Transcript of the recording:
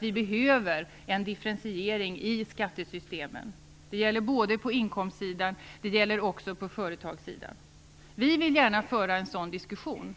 Vi behöver en differentiering i skattesystemen. Det gäller både på inkomstsidan och företagssidan. Vi vill gärna föra en sådan diskussion.